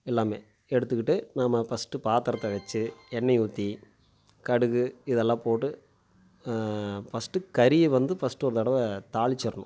எல்லாம் எடுத்துக்கிட்டு நாம் ஃபஸ்ட்டு பாத்திரத்த வச்சு எண்ணெயை ஊற்றி கடுகு இதெல்லாம் போட்டு ஃபஸ்ட்டு கறியை வந்து ஃபஸ்ட்டு ஒரு தடவை தாளிச்சிடணும்